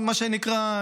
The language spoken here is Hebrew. מה שנקרא,